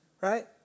Right